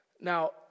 Now